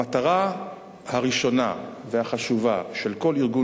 המטרה הראשונה והחשובה של כל ארגון